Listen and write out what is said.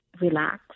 relax